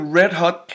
red-hot